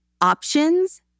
options